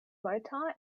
mortar